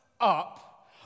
up